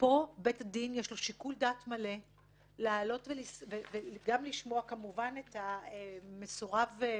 לבית הדין פה יש שיקול דעת מלא לשמוע כמובן את מסורב או